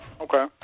Okay